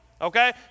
Okay